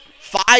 five